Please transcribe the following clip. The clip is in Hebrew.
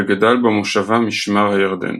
וגדל במושבה משמר הירדן.